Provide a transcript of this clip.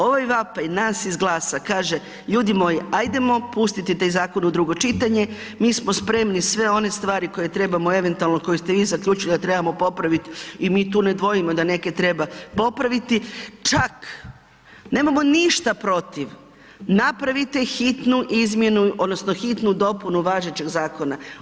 Ovaj vapaj nas iz GLAS-a kaže ljudi moji, ajdemo pustiti taj zakon u drugo čitanje, mi smo spremni sve one stvari koje trebamo eventualno, koje ste vi zaključili da trebamo popraviti i mi tu ne dvojimo da neke treba popraviti, čak nemamo ništa protiv napravite hitnu izmjenu odnosno hitnu dopunu važećeg zakona.